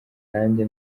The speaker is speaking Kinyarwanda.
nanjye